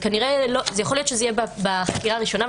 יכול להיות שזה יהיה בחקירה הראשונה,